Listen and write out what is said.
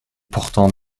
portant